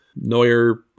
Neuer